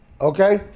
okay